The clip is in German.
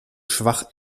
schwach